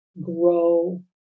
grow